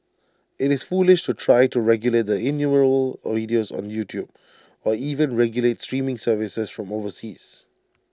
IT is foolish to try to regulate the innumerable videos on YouTube or even regulate streaming services from overseas